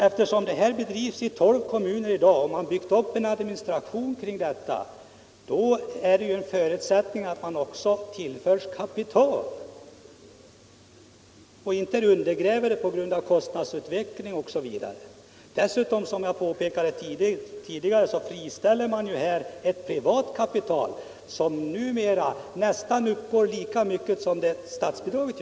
Eftersom den bedrivs i tolv kommuner i dag och man har byggt upp en administration kring verksamheten, är det också en förutsättning att den också tillförs kapital och att den inte undergrävs på grund av kostnadsutveckling osv. Som jag påpekade tidigare friställer man här dessutom ett privat kapital, som numera uppgår till nästan samma belopp som statsbidraget.